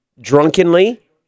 drunkenly